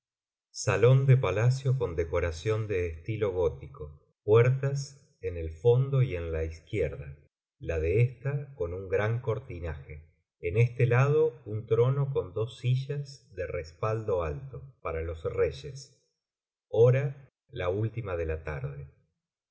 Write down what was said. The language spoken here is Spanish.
salón de palacio con decoración de estilo gótico puertas en el fondo y en la izquierda la de ésta con un gran cortinaje en este lado un trono con dos sillas de respaldo alto para los rejes hora la última de la tarde